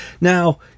now